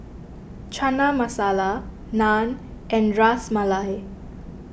Chana Masala Naan and Ras Malai